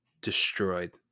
destroyed